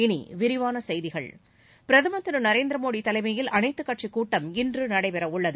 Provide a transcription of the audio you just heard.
இனி விரிவான செய்திகள் பிரதமர் திரு நரேந்திர மோடி தலைமையில் அனைத்துக்கட்சி கூட்டம் இன்று நடைபெறவுள்ளது